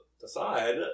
decide